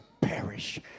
perish